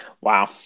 Wow